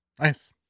Nice